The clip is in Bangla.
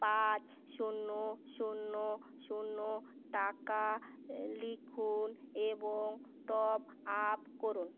পাঁচ শূন্য শূন্য শূন্য টাকা লিখুন এবং টপ আপ করুন